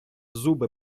зуби